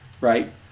right